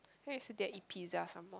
then yesterday I eat pizza some more